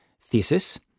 thesis